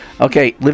okay